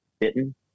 bitten